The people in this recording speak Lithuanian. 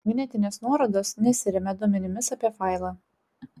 magnetinės nuorodos nesiremia duomenimis apie failą